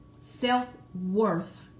Self-worth